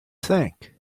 think